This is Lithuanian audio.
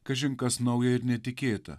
kažin kas nauja ir netikėta